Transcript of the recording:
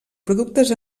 productes